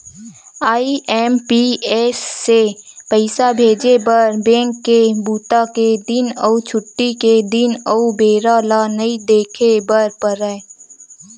IMPS से पइसा भेजे बर बेंक के बूता के दिन अउ छुट्टी के दिन अउ बेरा ल नइ देखे बर परय